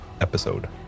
episode